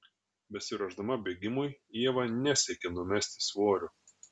besiruošdama bėgimui ieva nesiekia numesti svorio